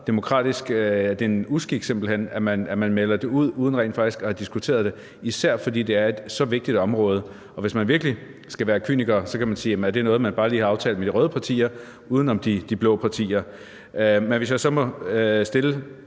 demokratisk uskik, at man melder det ud uden rent faktisk at have diskuteret det, især fordi det er et så vigtigt område. Og hvis man virkelig skal være kyniker, kan man spørge, om det er noget, man bare lige har aftalt med de røde partier uden om de blå partier. Men må jeg så stille